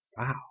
Wow